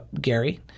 Gary